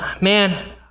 man